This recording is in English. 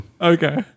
Okay